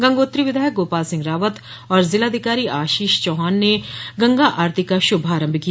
गंगोत्री विधायक गोपाल सिंह रावत और जिलाधिकारी डॉ आशीष चौहान ने गंगा आरती का श्भारम्भ किया